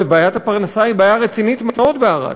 ובעיית הפרנסה היא בעיה רצינית מאוד בערד.